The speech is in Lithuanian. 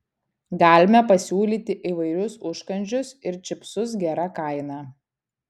galime pasiūlyti įvairius užkandžius ir čipsus gera kaina